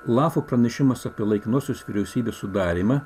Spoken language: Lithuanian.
lafo pranešimas apie laikinosios vyriausybės sudarymą